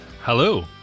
Hello